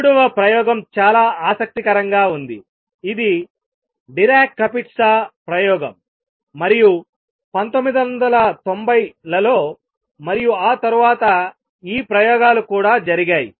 మూడవ ప్రయోగం చాలా ఆసక్తికరంగా ఉంది ఇది డిరాక్ కపిట్సా ప్రయోగం మరియు 1990 లలో మరియు ఆ తరువాత ఈ ప్రయోగాలు కూడా జరిగాయి